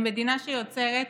למדינה שיוצרת